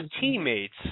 teammates